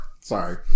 Sorry